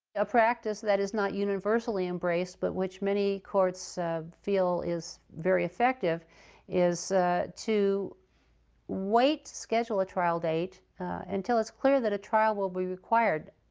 a practice that is not universally embraced but which many courts feel is very effective is to wait to schedule a trial date until it's clear that a trial will be required.